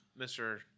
Mr